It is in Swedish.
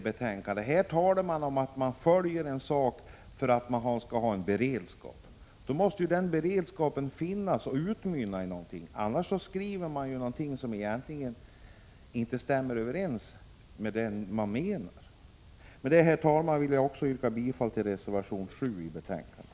I betänkandet talas om att man följer en fråga för att man skall ha en beredskap. Då måste ju denna beredskap finnas och utmynna i något, annars skriver man ju något som egentligen inte stämmer överens med det man menar. Med detta, herr talman, vill jag även yrka bifall till reservation 5 i betänkandet.